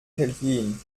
kelvin